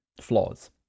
flaws